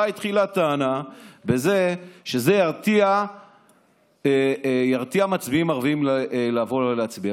זה התחיל בטענה שזה ירתיע מצביעים ערבים מלבוא להצביע.